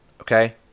okay